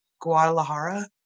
Guadalajara